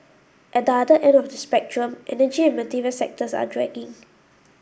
at the other end of the spectrum energy and material sectors are dragging